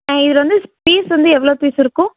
இதில் வந்து பீஸு வந்து எவ்வளோ பீஸ் இருக்கும்